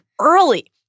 early